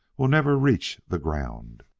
we'll never reach the ground.